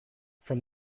from